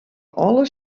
alle